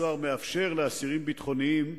אדוני היושב-ראש,